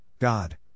God